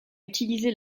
utiliser